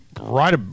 right